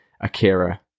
akira